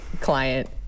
client